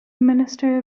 minister